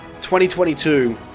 2022